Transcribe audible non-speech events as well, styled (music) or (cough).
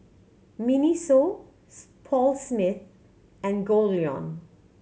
MINISO (unintelligible) Paul Smith and Goldlion